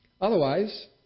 Otherwise